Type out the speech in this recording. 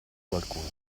qualcuno